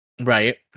Right